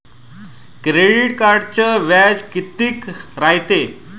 Credit कार्डचं व्याज कितीक रायते?